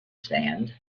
sand